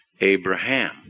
Abraham